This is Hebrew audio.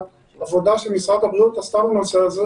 המבחן הוא מבחן התוצאה בלבד.